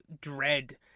dread